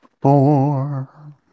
Four